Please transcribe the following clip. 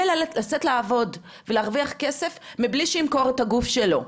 ולצאת לעבוד ולהרוויח כסף מבלי שימכור את הגוף שלו,